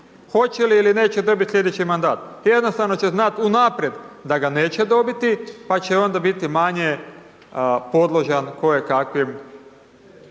hoće li ili neće dobiti sljedeći mandat. Jednostavno će znati, unaprijed da ga neće dobiti, pa će onda biti manje podložan kojekakvim